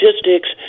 statistics